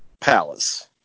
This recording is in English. palace